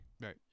Right